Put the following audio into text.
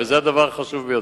וזה הדבר החשוב ביותר.